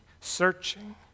searching